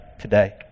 today